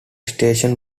station